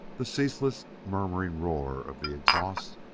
the ceaseless, murmuring roar of the exhaust,